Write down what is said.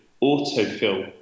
auto-fill